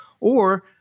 or-